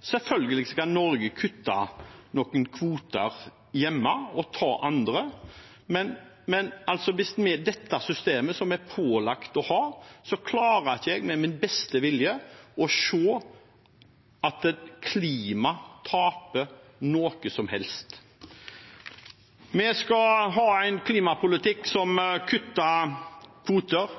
Selvfølgelig skal Norge kutte noen kvoter hjemme og for andre, men med dette systemet, som vi er pålagt å ha, klarer ikke jeg med min beste vilje og min beste kalkulator å se at klimaet taper noe som helst. Vi skal ha en klimapolitikk som kutter kvoter,